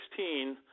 2016